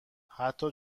حتی